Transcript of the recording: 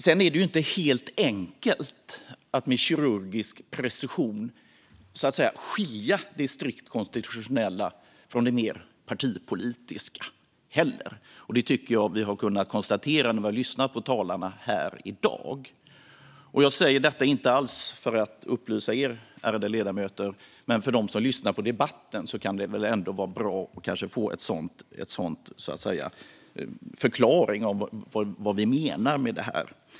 Sedan är det inte heller helt enkelt att med kirurgisk precision skilja det strikt konstitutionella från det mer partipolitiska. Det tycker jag att vi har kunnat konstatera när vi har lyssnat på talarna här i dag. Jag säger detta inte alls för att upplysa er, ärade ledamöter. Men för dem som lyssnar på debatten kan det vara bra att få en förklaring av vad vi menar med detta.